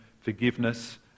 forgiveness